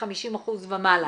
מ-50% ומעלה.